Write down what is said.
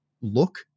look